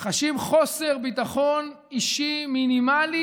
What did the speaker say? חשים חוסר ביטחון אישי מינימלי,